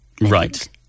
Right